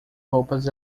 roupas